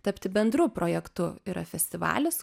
tapti bendru projektu yra festivalis